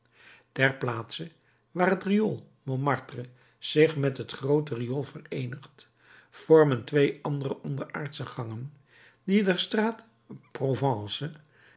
ter plaatse waar het riool montmartre zich met het groote riool vereenigt vormen twee andere onderaardsche gangen die der straat province